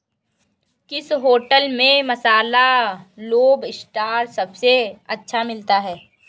किस होटल में मसाला लोबस्टर सबसे अच्छा मिलता है?